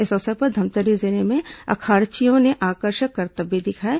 इस अवसर पर धमतरी जिले में अखाड़चियों ने आकर्षक करतब भी दिखाएं